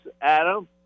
Adam